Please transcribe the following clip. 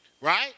right